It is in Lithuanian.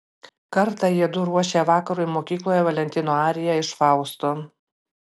kartą jiedu ruošė vakarui mokykloje valentino ariją iš fausto